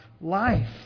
life